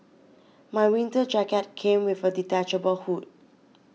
my winter jacket came with a detachable hood